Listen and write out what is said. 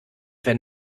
wenn